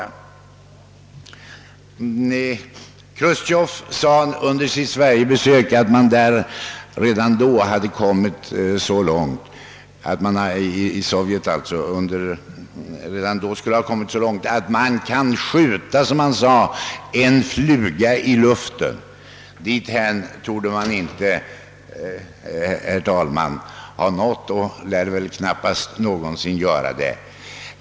Redan vid sitt besök i Sverige sade Chrustjov att man i Sovjetunionen hade kommit så långt att man kunde »skjuta en fluga i luften». Dithän torde man dock inte ha nått, och lär väl knappast göra det heller.